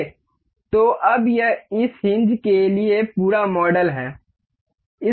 तो अब यह इस हिन्ज के लिए पूरा मॉडल है